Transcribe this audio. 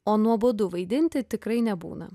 o nuobodu vaidinti tikrai nebūna